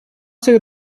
цих